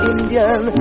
Indian